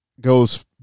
goes